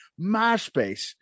MySpace